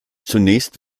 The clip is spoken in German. zunächst